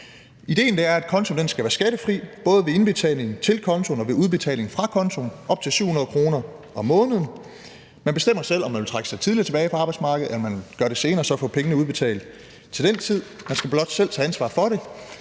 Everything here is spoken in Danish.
Idéen er, at kontoen skal være skattefri både ved indbetaling til kontoen og ved udbetaling fra kontoen, op til 700 kr. om måneden. Man bestemmer selv, om man vil trække sig tidligere tilbage fra arbejdsmarkedet, eller om man vil gøre det senere og så få pengene udbetalt til den tid. Man skal blot selv tage ansvar for det.